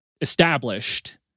established